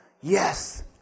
yes